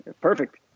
Perfect